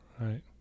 Right